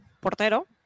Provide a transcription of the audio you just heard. portero